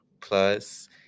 plus